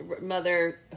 mother